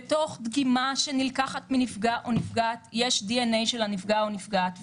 בתוך דגימה שנלקחת מנפגע או נפגעת יש דנ"א של הנפגע או הנפגעת.